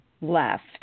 left